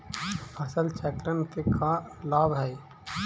फसल चक्रण के का लाभ हई?